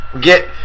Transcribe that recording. Get